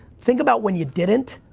think about when you didn't,